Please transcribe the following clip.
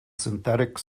synthetic